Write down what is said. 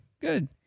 good